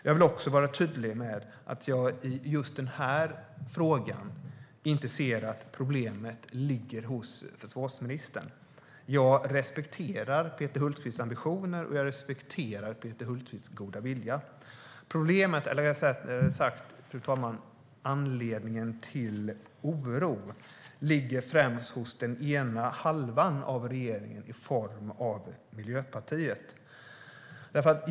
Jag vill också vara tydlig med att jag i just den här frågan inte ser att problemet ligger hos försvarsministern. Jag respekterar Peter Hultqvists ambitioner och hans goda vilja. Anledningen till oro ligger främst hos den ena halvan av regeringen i form av Miljöpartiet.